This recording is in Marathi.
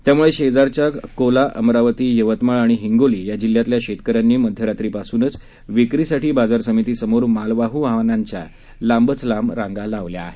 त्यामुळे शेजारील अकोला अमरावती यवतमाळ आणि हिंगोली या जिल्ह्यातल्या शेतकऱ्यांनी मध्यरात्रीपासूनच विक्रीसाठी या बाजार समितीसमोर मालवाहू वाहनांच्या लांबच लांब रांगा लावल्या आहेत